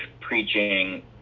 preaching